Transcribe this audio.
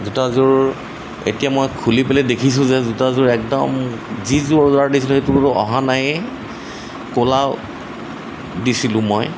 জোতাযোৰ এতিয়া মই খুলি পেলাই দেখিছোঁ যে জোতাযোৰ একদম যিযোৰ অৰ্ডাৰ দিছিলোঁ সেইটো অহা নাইয়ে ক'লা দিছিলোঁ মই